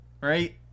Right